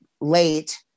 late